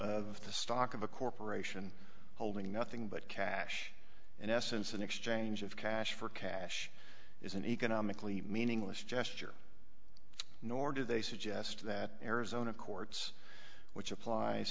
of the stock of a corporation holding nothing but cash in essence an exchange of cash for cash is an economically meaningless gesture nor do they suggest that arizona courts which applies